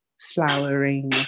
flowering